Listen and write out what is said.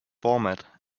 format